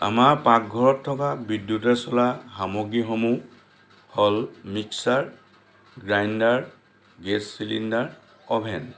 আমাৰ পাকঘৰত থকা বিদ্যুতেৰে চলা সামগ্ৰীসমূহ হ'ল mixer grinder gas cylinder oven